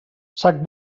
sac